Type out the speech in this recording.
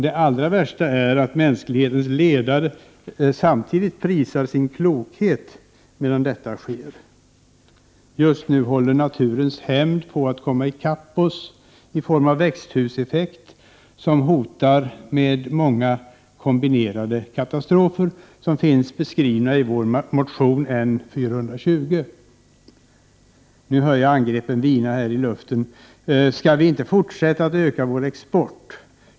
Det värsta är att mänsklighetens ledare prisar sin klokhet medan detta sker. Just nu håller naturens hämnd på att komma i kapp oss i form av växthuseffekten, som hotar med många kombinerade katastrofer som finns beskrivna i vår motion N420. Nu hör jag angreppen vina i luften: Skall vi inte fortsätta att öka vår export?